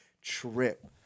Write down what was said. trip